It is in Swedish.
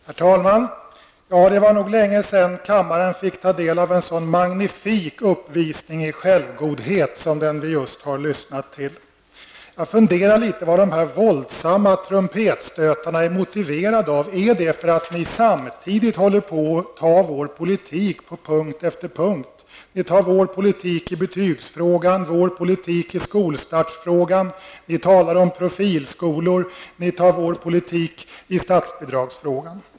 Herr talman! Det var nog länge sedan kammaren fick ta del av en så magnifik uppvisning i självgodhet som den vi just har lyssnat till! Jag funderar litet på vad dessa våldsamma trumpetstötar är motiverade av -- är det för att ni samtidigt håller på att anta vår politik på punkt efter punkt? Ni tar vår politik i betygsfrågan, ni tar vår politik i skolstartsfrågan, ni talar om profilskolor och ni tar vår politik i statsbidragsfrågan.